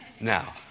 Now